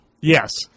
Yes